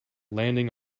landing